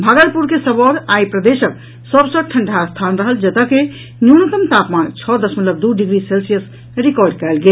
भागलपुर के सबौर आइ प्रदेशक सभ सँ ठंडा स्थान रहल जतऽ के न्यूनतम तापमान छओ दशमलव दू डिग्री सेल्सियस रिकॉर्ड कयल गेल